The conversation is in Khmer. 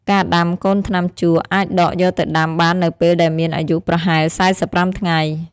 ការដាំ កូនថ្នាំជក់អាចដកយកទៅដាំបាននៅពេលដែលមានអាយុប្រហែល ៤៥ ថ្ងៃ។